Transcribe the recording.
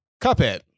Cuphead